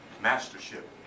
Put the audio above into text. mastership